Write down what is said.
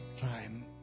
time